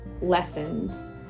lessons